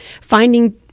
finding